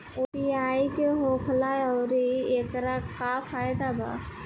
UPI का होखेला आउर एकर का फायदा बा?